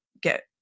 get